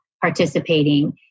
participating